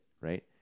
right